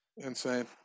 Insane